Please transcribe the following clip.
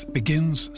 begins